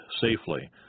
safely